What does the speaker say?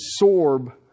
absorb